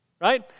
Right